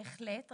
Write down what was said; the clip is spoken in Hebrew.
בהחלט.